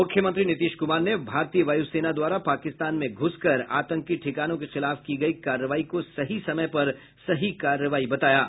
मुख्यमंत्री नीतीश कुमार ने भारतीय वायु सेना द्वारा पाकिस्तान में घूसकर आतंकी ठिकानों के खिलाफ की गयी कार्रवाई को सही समय पर सही कार्रवाई बताया है